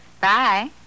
Bye